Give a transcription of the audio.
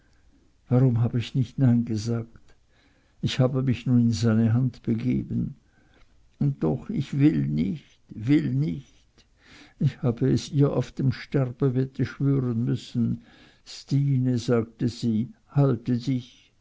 warum hab ich nicht nein gesagt ich habe mich nun in seine hand begeben und doch ich will nicht will nicht ich hab es ihr auf dem sterbebette schwören müssen stine sagte sie halte dich